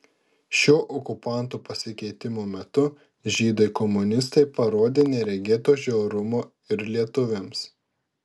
šiuo okupantų pasikeitimo metu žydai komunistai parodė neregėto žiaurumo ir lietuviams